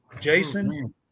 Jason